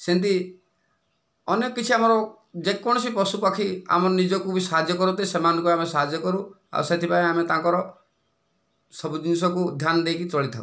ସେମିତି ଅନ୍ୟ କିଛି ଆମର ଯେକୌଣସି ପଶୁ ପକ୍ଷୀ ଆମ ନିଜକୁ ବି ସାହାଯ୍ୟ କରନ୍ତି ସେମାନଙ୍କୁ ବି ଆମେ ସାହାଯ୍ୟ କରୁ ଆଉ ସେଥିପାଇଁ ଆମେ ତାଙ୍କର ସବୁ ଜିନିଷକୁ ଧ୍ୟାନ ଦେଇକି ଚଳିଥାଉ